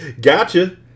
Gotcha